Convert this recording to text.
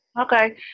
Okay